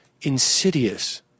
insidious